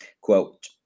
quote